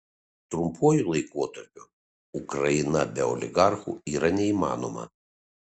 trumpuoju laikotarpiu ukraina be oligarchų yra neįmanoma